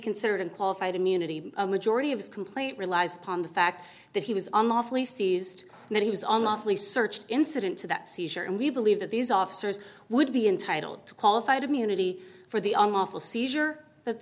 considered an qualified immunity a majority of his complaint relies upon the fact that he was unlawfully seized and then he was unlawfully searched incident to that seizure and we believe that these officers would be entitled to qualified immunity for the unlawful seizure that